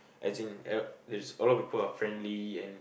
as in uh there's a lot of people are friendly and